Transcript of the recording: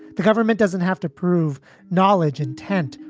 the government doesn't have to prove knowledge, intent,